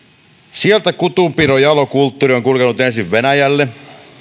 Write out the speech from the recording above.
sieltä kutunpidon jalo kulttuuri on kulkenut ensin venäjälle